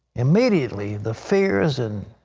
immediately the fears and